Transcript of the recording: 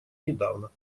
недавно